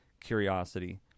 curiosity